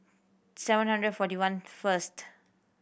seven hundred forty one first